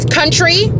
country